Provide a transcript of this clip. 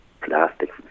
plastic